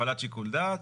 והפעלת שיקול דעת,